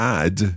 add